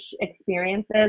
experiences